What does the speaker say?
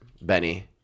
Benny